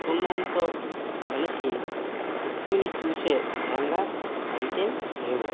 కుటుంబంతో కలిసి కూర్చొని చూసే విధంగా అయితే లేవు